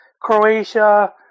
Croatia